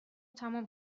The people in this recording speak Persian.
تمام